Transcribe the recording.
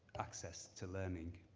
access to learning.